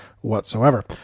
whatsoever